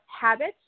habits